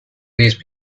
these